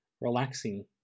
relaxing